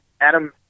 Adam –